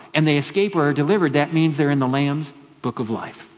and they escape or are delivered, that means they're in the lamb's book of life.